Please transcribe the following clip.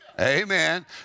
Amen